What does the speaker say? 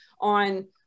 on